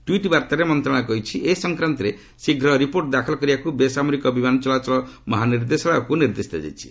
tweet ବାର୍ତ୍ତାରେ ମନ୍ତ୍ରଣାଳୟ କହିଛି ଏ ସଂକ୍ରାନ୍ତରେ ଶୀଘ୍ର ରିପୋର୍ଟ ଦାଖଲ କରିବାକୁ ବେସାମରିକ ବିମାନ ଚଳାଚଳ ମହାନିର୍ଦ୍ଦେଶାଳୟକ୍ ନିର୍ଦ୍ଦେଶ ଦିଆଯାଇଛି